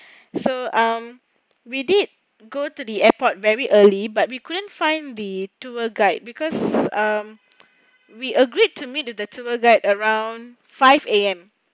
so um we did go to the airport very early but we couldn't find the tour guide because um we agreed to meet with the tour guide around five A_M